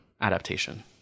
adaptation